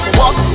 walk